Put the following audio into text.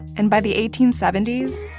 and by the eighteen seventy s,